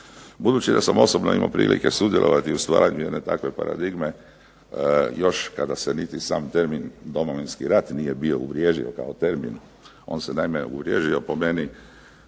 Budući da sam osobno imao prilike sudjelovati u stvaranju jedne takve paradigme još kada se niti sam termin Domovinski rat nije bio uvriježio kao termin. On se naime uvriježio po meni